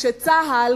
כשצה"ל,